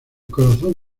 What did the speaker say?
corazón